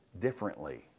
differently